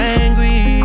angry